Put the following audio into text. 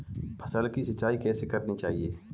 फसल की सिंचाई कैसे करनी चाहिए?